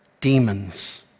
demons